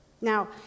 Now